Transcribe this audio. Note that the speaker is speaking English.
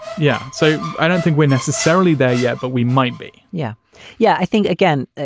yeah. so i don't think we're necessarily there yet, but we might be. yeah yeah. i think, again,